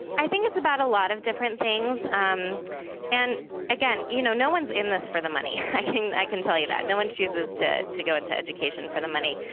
i think it's about a lot of different things. um and again, you know, no one's in this for the money. i can i can tell you that. no one chooses to to go into education for the money.